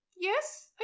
yes